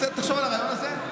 תחשוב על הרעיון הזה,